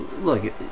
look